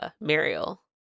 Muriel